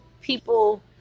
people